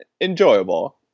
enjoyable